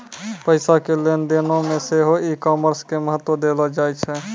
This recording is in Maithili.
पैसा के लेन देनो मे सेहो ई कामर्स के महत्त्व देलो जाय छै